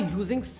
using